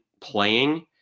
playing